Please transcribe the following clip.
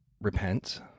repent